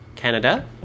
canada